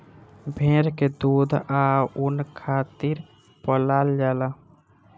भेड़ के दूध आ ऊन खातिर पलाल जाला